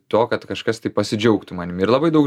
to kad kažkas tai pasidžiaugtų manim ir labai daug